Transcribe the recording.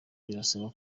birasaba